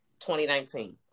2019